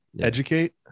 Educate